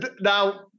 Now